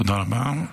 תודה רבה.